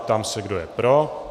Ptám se, kdo je pro.